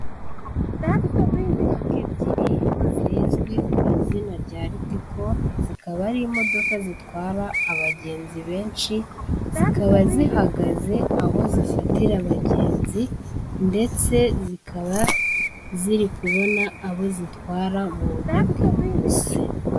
Imodoka ebyiri zizwi ku izina rya litiko, zikaba ari imodoka zitwara abagenzi benshi, zikaba zihagaze aho zifatira abagenzi ndetse zikaba ziri kubona abo zitwara mu buryo bwihuse.